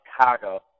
Chicago